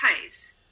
case